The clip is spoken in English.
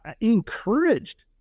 encouraged